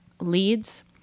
leads